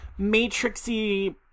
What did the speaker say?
matrixy